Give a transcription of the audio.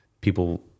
people